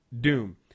doom